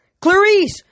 Clarice